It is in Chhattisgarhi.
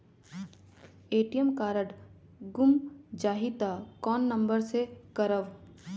ए.टी.एम कारड गुम जाही त कौन नम्बर मे करव?